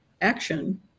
action